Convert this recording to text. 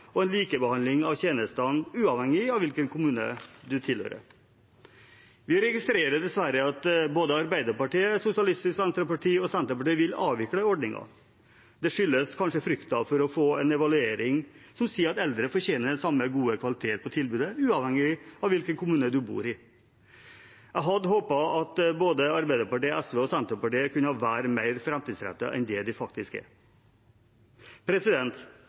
og en likebehandling av tjenestene uavhengig av hvilken kommune man tilhører. Vi registrerer dessverre at både Arbeiderpartiet, Sosialistisk Venstreparti og Senterpartiet vil avvikle ordningen. Det skyldes kanskje frykten for å få en evaluering som sier at eldre fortjener den samme gode kvaliteten på tilbudet uavhengig av hvilken kommune man bor i. Jeg hadde håpet at både Arbeiderpartiet, SV og Senterpartiet kunne vært mer framtidsrettet enn det de faktisk er.